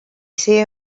ser